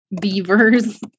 beavers